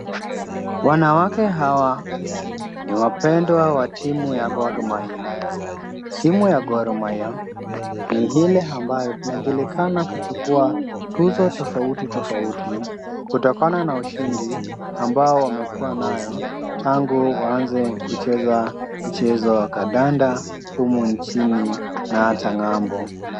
Wanawake hawa ni wapendwa wa timu ya Gor Mahia. Timu ya Gor Mahia ni ile ambayo inajulikana kuchukua tuzo tofauti tofauti kutokana na ushindi ambao wamekuwa nao tangu waanze kucheza mchezo wa kandanda humu nchini na hata ng'ambo.